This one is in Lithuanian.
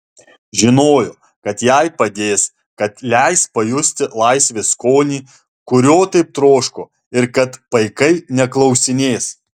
žinojo kad jai padės kad leis pajusti laisvės skonį kurio taip troško ir kad paikai neklausinės